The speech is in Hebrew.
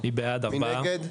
מי נגד?